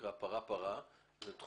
המקום שאני מרגיש שבו צריך להיזהר זה התחום